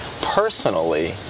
Personally